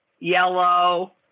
yellow